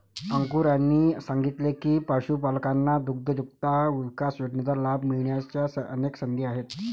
अंकुर यांनी सांगितले की, पशुपालकांना दुग्धउद्योजकता विकास योजनेचा लाभ मिळण्याच्या अनेक संधी आहेत